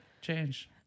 change